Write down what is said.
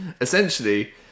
essentially